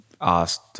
asked